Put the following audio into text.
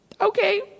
Okay